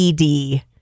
ED